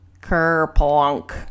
Kerplunk